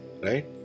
right